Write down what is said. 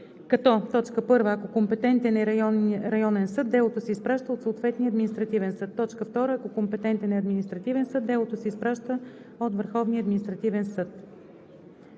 като: 1. ако компетентен е районен съд, делото се изпраща от съответния административен съд; 2. ако компетентен е административен съд, делото се изпраща от Върховния административен съд.“